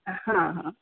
ह ह